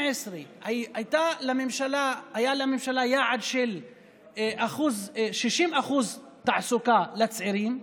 היה לממשלה יעד של 60% תעסוקה לצעירים.